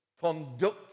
Conduct